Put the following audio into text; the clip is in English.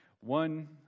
One